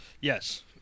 Yes